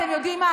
אתם יודעים מה,